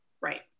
Right